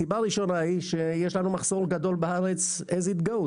סיבה ראשונה היא שיש לנו מחסור גדול בארץ as it goes.